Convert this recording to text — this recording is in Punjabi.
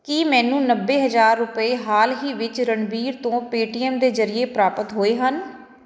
ਕੀ ਮੈਨੂੰ ਨੱਬੇ ਹਜ਼ਾਰ ਰੁਪਏ ਹਾਲ ਹੀ ਵਿੱਚ ਰਣਬੀਰ ਤੋਂ ਪੇਟੀਐੱਮ ਦੇ ਜ਼ਰੀਏ ਪ੍ਰਾਪਤ ਹੋਏ ਹਨ